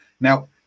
Now